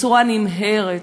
בצורה נמהרת,